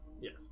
yes